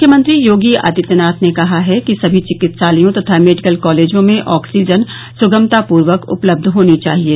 मुख्यमंत्री योगी आदित्यनाथ ने कहा है कि सभी चिकित्सालयों तथा मेडिकल कॉलेजों में आक्सीजन स्गमतापूर्वक उपलब्ध होनी चाहिये